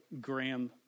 Graham